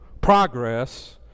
progress